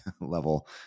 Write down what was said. level